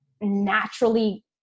naturally